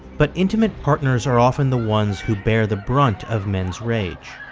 but intimate partners are often the ones who bear the brunt of men's rage